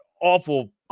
awful